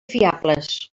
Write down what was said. fiables